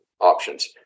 options